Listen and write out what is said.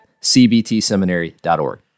cbtseminary.org